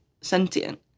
sentient